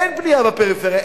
אין בנייה בפריפריה.